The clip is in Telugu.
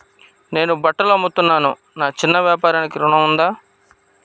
నేను బట్టలు అమ్ముతున్నాను, నా చిన్న వ్యాపారానికి ఋణం ఉందా?